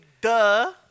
duh